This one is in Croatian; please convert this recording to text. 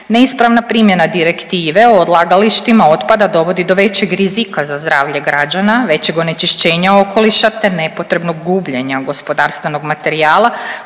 Neispravna primjena direktive o odlagalištima otpada dovodi do većeg rizika za zdravlje građana, većeg onečišćenja okoliša, te nepotrebnog gubljenja gospodarstvenog materijala